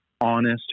honest